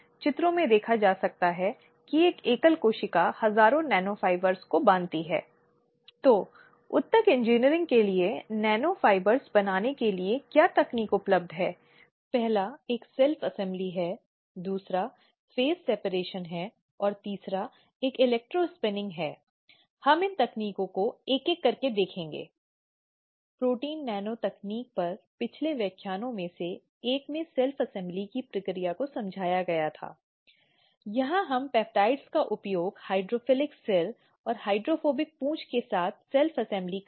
कई स्थितियों में यह एक चार्जशीट का रूप ले सकता है यदि शिकायत समिति को अनुशासनात्मक समिति के रूप में लिया जाता है जहां उस समय चार्जशीट जारी की जा सकती है या बाद के समय में हो सकती है अब एक बार प्रतिवादी शिकायत प्राप्त कर लेता है और उससे अनुरोध किया जाता है कि वह 10 दिनों के बाद उस संबंध में अपनी प्रतिक्रिया दे ताकि उत्तर दाता को पर्याप्त नोटिस दिया जा सके